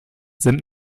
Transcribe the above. sind